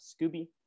Scooby